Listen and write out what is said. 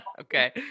Okay